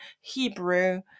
Hebrew